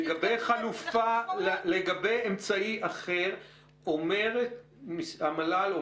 לגבי אמצעי אחר אומר המל"ל,